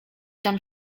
tam